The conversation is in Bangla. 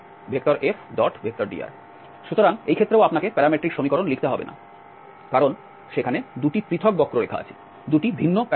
সুতরাং এই ক্ষেত্রেও আপনাকে প্যারামেট্রিক সমীকরণ লিখতে হবে না কারণ সেখানে 2 টি পৃথক বক্ররেখা আছে 2 টি ভিন্ন প্যারাবোলা